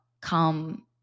come